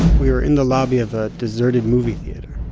we were in the lobby of a deserted movie theater